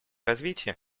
развития